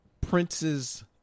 Prince's